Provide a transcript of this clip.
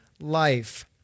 life